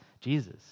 Jesus